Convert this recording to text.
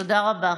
תודה רבה.